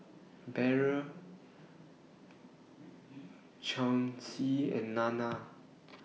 Beryl Chauncy and Nana